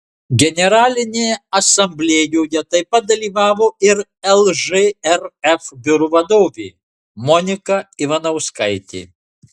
generalinėje asamblėjoje taip pat dalyvavo ir lžrf biuro vadovė monika ivanauskaitė